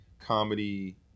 comedy